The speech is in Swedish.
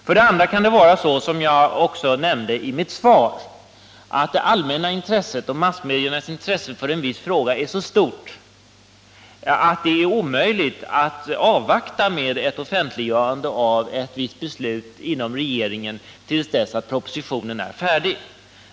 För det andra kan det vara så, vilket jag också nämnde i mitt svar, att allmänhetens och massmedias intresse för en viss fråga är så stort att det är omöjligt att avvakta med ett offentliggörande av ett visst beslut inom regeringen tills propositionen är färdig.